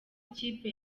ikipe